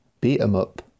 beat-em-up